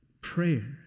prayer